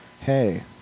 hey